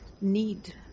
need